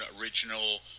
original